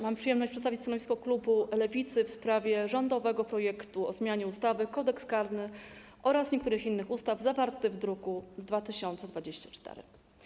Mam przyjemność przedstawić stanowisko klubu Lewicy w sprawie rządowego projektu ustawy o zmianie ustawy - Kodeks karny oraz niektórych innych ustaw, zawartego w druku nr 2024.